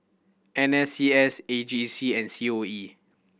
N S C S A G C and C O E